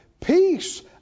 Peace